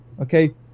Okay